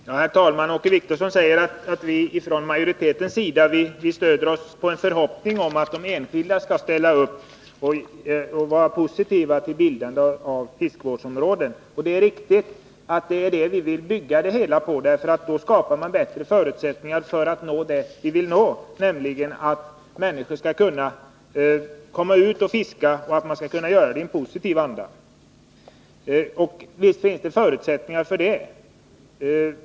Herr talman! Åke Wictorsson säger att vi inom utskottsmajoriteten stöder oss på en förhoppning om att det enskilda fisket skall ställa upp och vara positivt till bildandet av fiskevårdsområden. Det är riktigt att det är det vi vill bygga det hela på. Då skapas nämligen bättre förutsättningar för att vi skall kunna uppnå det vi önskar, dvs. att människor kan komma ut och fiska och att de kan göra det i en positiv anda. Och visst finns det förutsättningar för detta.